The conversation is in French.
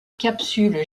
capsule